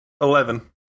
Eleven